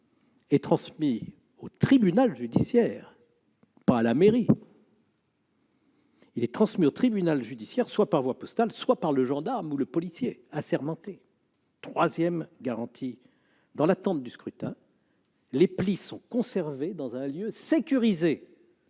est transmis, non pas à la mairie, mais au tribunal judiciaire, soit par voie postale, soit par le gendarme ou le policier assermenté. Troisième garantie : dans l'attente du scrutin, les plis sont conservés dans un lieu sécurisé